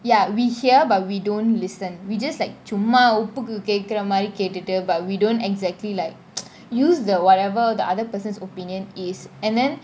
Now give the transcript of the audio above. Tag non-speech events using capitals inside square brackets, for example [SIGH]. ya we hear but we don't listen we just like சும்மா ஒப்புக்கு கேக்குற மாறி கேட்டுட்டு :chumma oppuku keakura maari keatutu but we don't exactly like [NOISE] use the whatever the other person's opinion is and then